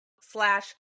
slash